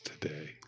today